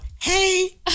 Hey